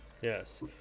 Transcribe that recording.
Yes